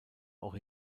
auch